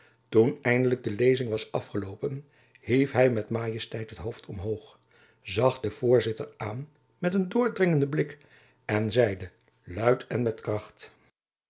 toen eindelijk de lezing was afgeloopen hief hy met majesteit het hoofd omhoog zag den voorzitter aan met een doordringenden blik en zeide luid en met kracht